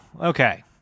Okay